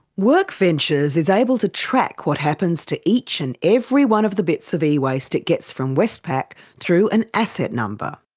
workventures is able to track what happens to each and every one of the bits of e-waste it gets from westpac through an asset number.